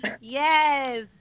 Yes